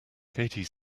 katie